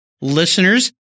listeners